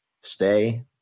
stay